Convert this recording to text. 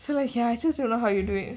feel like ya I just don't know how you do it